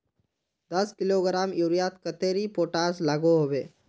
दस किलोग्राम यूरियात कतेरी पोटास लागोहो होबे?